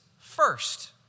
first